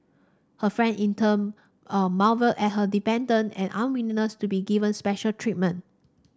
her friend in turn a marvelled at her independence and unwillingness to be given special treatment